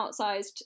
outsized